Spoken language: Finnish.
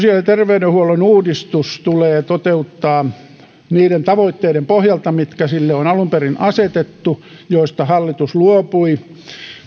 sosiaali ja terveydenhuollon uudistus tulee toteuttaa niiden tavoitteiden pohjalta jotka sille on alun perin asetettu ja joista hallitus luopui